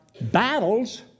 battles